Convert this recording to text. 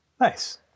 Nice